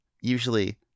usually